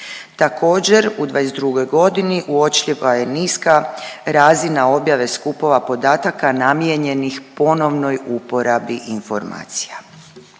Također u '22. godini uočljiva je niska razina objave skupova podataka namijenjenih ponovnoj uporabi informacija.